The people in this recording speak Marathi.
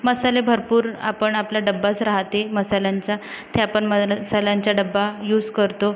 मसाले भरपूर आपण आपला डब्बाच राहते मसाल्यांचा ते आपण मलसाल्यांचा डब्बा यूज करतो